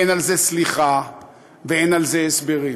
אין על זה סליחה ואין לזה הסברים.